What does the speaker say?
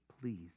please